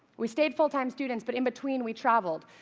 we stayed full-time students, but in between we traveled,